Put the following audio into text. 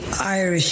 Irish